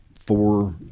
four